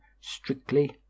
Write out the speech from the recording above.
strictly